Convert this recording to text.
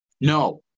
No